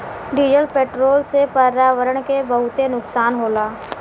diesel petrol से पर्यावरण के बहुते नुकसान होला